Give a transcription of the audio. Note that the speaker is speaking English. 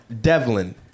Devlin